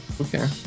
Okay